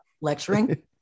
lecturing